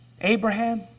Abraham